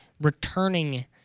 returning